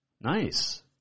Nice